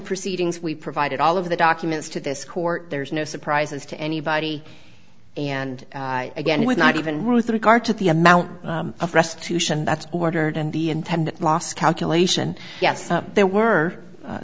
proceedings we provided all of the documents to this court there's no surprises to anybody and again would not even ruth regard to the amount of restitution that's ordered and the intend loss calculation yes there were